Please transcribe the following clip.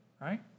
right